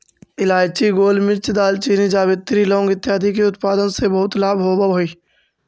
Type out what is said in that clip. इलायची, गोलमिर्च, दालचीनी, जावित्री, लौंग इत्यादि के उत्पादन से बहुत लाभ होवअ हई